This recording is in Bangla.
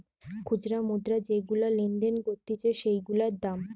খুচরা মুদ্রা যেগুলা লেনদেন করতিছে সেগুলার দাম